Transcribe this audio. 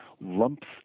lumps